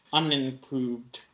unimproved